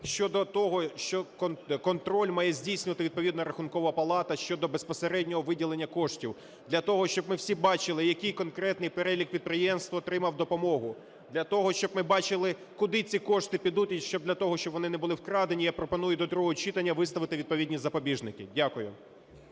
щодо того, що контроль має здійснювати відповідно Рахункова палата щодо безпосереднього виділення коштів. Для того, щоб ми всі бачили, який конкретний перелік підприємств отримав допомогу. Для того, щоб ми бачили, куди ці кошти підуть. І для того, щоб вони не були вкрадені, я пропоную до другого читання виставити відповідні запобіжники. Дякую.